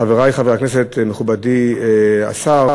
חברי חברי הכנסת, מכובדי השר,